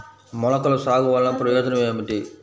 మొలకల సాగు వలన ప్రయోజనం ఏమిటీ?